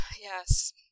yes